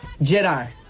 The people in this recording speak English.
Jedi